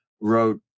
wrote